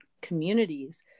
communities